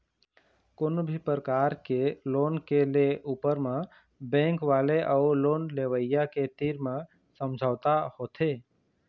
कोनो भी परकार के लोन के ले ऊपर म बेंक वाले अउ लोन लेवइया के तीर म समझौता होथे